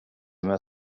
med